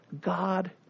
God